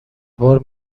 بار